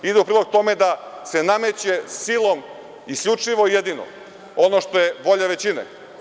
Ide u prilog tome da se nameće silom isključivo i jedino ono što je volja većine.